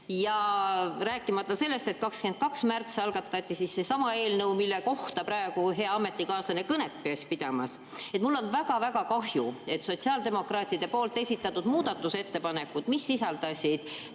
Rääkimata sellest, et 22. märtsil algatati seesama eelnõu, mille kohta praegu hea ametikaaslane kõnet käis pidamas. Mul on väga-väga kahju, et sotsiaaldemokraatide esitatud muudatusettepanekud, mis sisaldasid